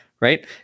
right